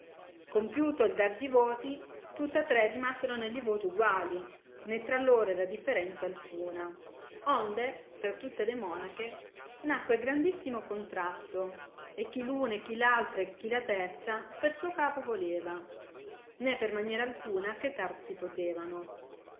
compiuto il dar di voti tutta tre rimasero negli voti uguali né tra loro era differenza alcuna onde tra tutte le monache nacque grandissimo contrasto e chi r una e chi altra e chi la terza per suo capo voleva né per maniera alcuna acchetar si potevano